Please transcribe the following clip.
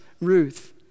Ruth